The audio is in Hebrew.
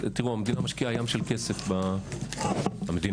המדינה משקיעה ים של כסף המדינה,